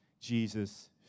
Jesus